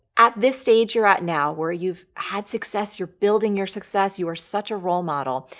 at this stage you're at now, where you've had success, you're building your success, you are such a role model.